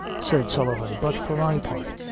said sullivan but, for my part,